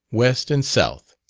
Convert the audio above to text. west, and south.